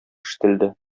ишетелде